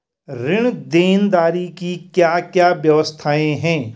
ऋण देनदारी की क्या क्या व्यवस्थाएँ हैं?